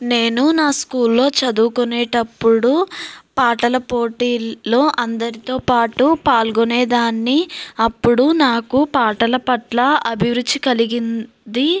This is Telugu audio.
నేను నా స్కూల్లో చదువుకునేటప్పుడు పాటల పోటీల్లో అందరితో పాటూ పాల్గొనేదాన్ని అప్పుడు నాకు పాటల పట్ల అభిరుచి కలిగింది